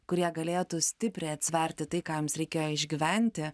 kurie galėtų stipriai atsverti tai ką jums reikėjo išgyventi